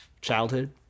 childhood